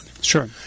Sure